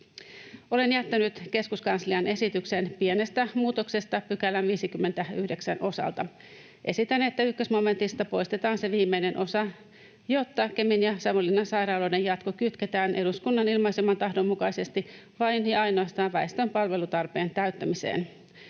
Olen jättänyt keskuskansliaan esityksen pienestä muutoksesta 59 §:n osalta. Esitän, että 1 momentista poistetaan se viimeinen osa, jotta Kemin ja Savonlinnan sairaaloiden jatko kytketään eduskunnan ilmaiseman tahdon mukaisesti vain ja ainoastaan väestön palvelutarpeen täyttämiseen.